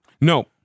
No